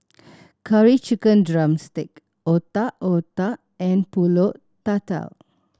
Curry Chicken drumstick Otak Otak and Pulut Tatal